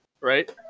right